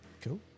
Cool